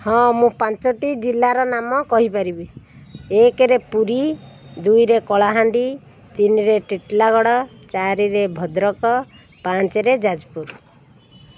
ହଁ ମୁଁ ପାଞ୍ଚୋଟି ଜିଲ୍ଲାର ନାମ କହି ପାରିବ ଏକରେ ପୁରୀ ଦୁଇରେ କଳାହାଣ୍ଡି ତିନିରେ ଟିଟଲାଗଡ଼ ଚାରିରେ ଭଦ୍ରକ ପାଞ୍ଚରେ ଯାଜପୁର